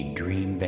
dream